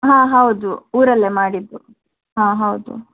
ಹಾಂ ಹೌದು ಊರಲ್ಲೇ ಮಾಡಿದ್ದು ಹಾಂ ಹೌದು